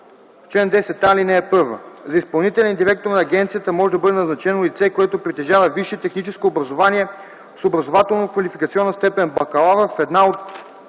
се чл. 10а: „Чл. 10а. (1) За изпълнителен директор на агенцията може да бъде назначено лице, което притежава висше техническо образование с образователно-квалификационна степен „бакалавър” в една от